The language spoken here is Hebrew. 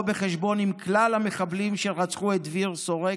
חשבון עם כלל המחבלים שרצחו את דביר שורק,